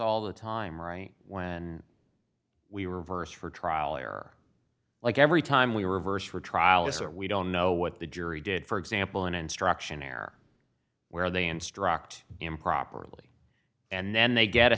all the time right when we were first for trial or like every time we reverse for trial is that we don't know what the jury did for example in instruction air where they instruct improperly and then they get a